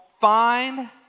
find